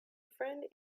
friend